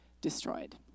destroyed